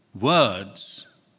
Words